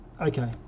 Okay